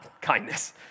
kindness